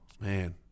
man